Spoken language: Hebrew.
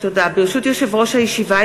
ברשות יושב-ראש הישיבה,